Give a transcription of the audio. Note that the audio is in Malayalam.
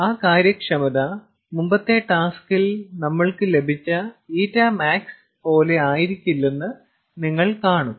ആ കാര്യക്ഷമത മുമ്പത്തെ ടാസ്ക്കിൽ നമ്മൾക്ക് ലഭിച്ച ηmax പോലെ ആയിരിക്കില്ലെന്ന് നിങ്ങൾ കാണും